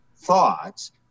thoughts